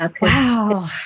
wow